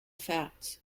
facts